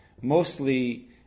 Mostly